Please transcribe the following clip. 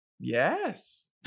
yes